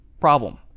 Problem